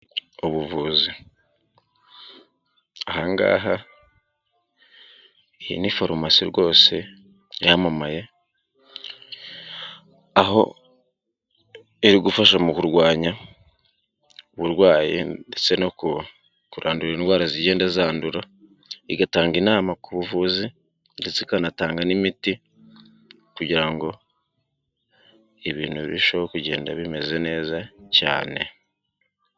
Ubuvuzi ahangaha iyi ni farumasi rwose yamamaye, aho irigufasha mu kurwanya uburwayi ndetse no kurandura indwara zigenda zandura, igatanga inama ku buvuzi ndetse ikanatanga n'imiti kugira ngo ibintu birusheho kugenda bimeze neza cyane.